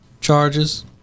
charges